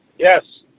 Yes